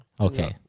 Okay